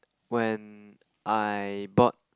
when I bought